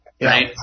Right